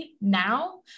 now